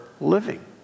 living